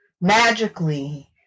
magically